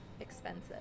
expensive